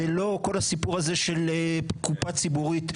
זה לא כל הסיפור הזה של קופה ציבורית,